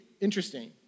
interesting